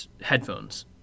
Headphones